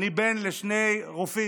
אני בן לשני רופאים,